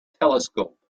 telescope